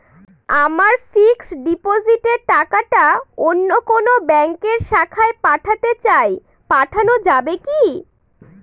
আমার ফিক্সট ডিপোজিটের টাকাটা অন্য কোন ব্যঙ্কের শাখায় পাঠাতে চাই পাঠানো যাবে কি?